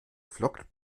flockt